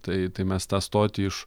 tai tai mes tą stotį iš